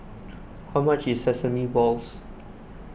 how much is Sesame Balls